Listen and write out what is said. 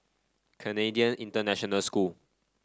Canadian International School